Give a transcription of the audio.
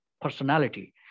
personality